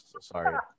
sorry